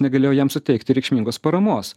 negalėjo jam suteikti reikšmingos paramos